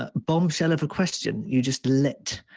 ah bombshell of a question you just lit.